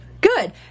Good